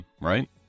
right